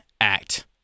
act